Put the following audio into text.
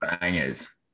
bangers